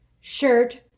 shirt